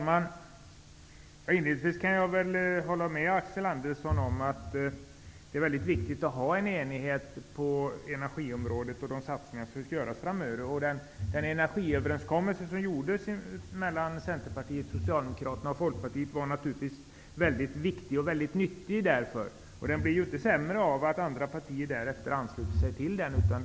Herr talman! Rimligtvis kan jag hålla med Axel Andersson om att det är mycket viktigt att vara eniga på energiområdet beträffande de satsningar som skall göras framöver. Den energiöverenskommelse som gjordes mellan Centerpartiet, Socialdemokraterna och Folkpartiet var naturligtvis mycket viktig och nyttig. Den blir ju inte sämre av att andra partier har anslutit sig till den.